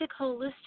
holistic